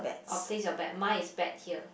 or place your bet mine is bet here